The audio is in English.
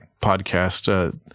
podcast